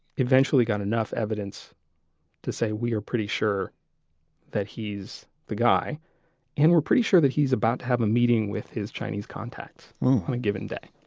eventually got enough evidence to say we are pretty sure that he's the guy and we're pretty sure that he's about to have a meeting with his chinese contacts on given day.